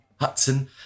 Hudson